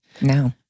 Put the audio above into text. No